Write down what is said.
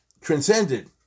transcended